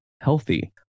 healthy